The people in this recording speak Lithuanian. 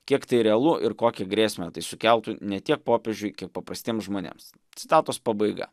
kiek tai realu ir kokią grėsmę tai sukeltų ne tiek popiežiui kiek paprastiems žmonėms citatos pabaiga